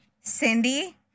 Cindy